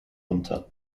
unter